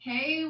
Hey